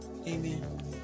Amen